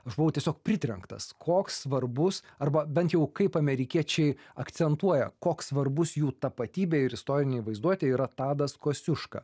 aš buvau tiesiog pritrenktas koks svarbus arba bent jau kaip amerikiečiai akcentuoja koks svarbus jų tapatybei ir istorinei vaizduotei yra tadas kosciuška